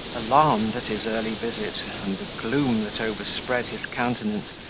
alarmed at his early visit, and the gloom that overspread his countenance,